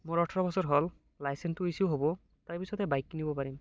মোৰ অঠৰ' বছৰ হ'ল লাইচেনটো ইছ্যু হ'ব তাৰপিছতে বাইক কিনিব পাৰিম